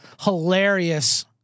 hilarious